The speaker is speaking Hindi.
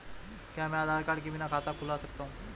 क्या मैं आधार कार्ड के बिना खाता खुला सकता हूं?